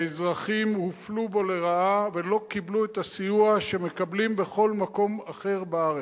האזרחים הופלו בו לרעה ולא קיבלו את הסיוע שמקבלים בכל מקום אחר בארץ.